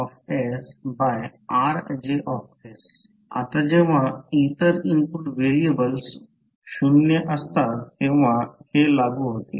GijsYiRj आता जेव्हा इतर इनपुट व्हेरिएबल्स 0 असतात तेव्हा हे लागू होते